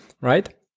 right